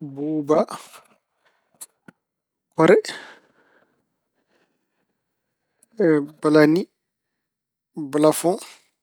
Buuba, pare, blani, blafoo.